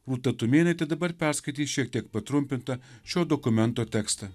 rūta tumėnaitė dabar perskaitys šiek tiek patrumpintą šio dokumento tekstą